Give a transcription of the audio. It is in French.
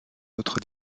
autres